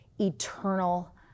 eternal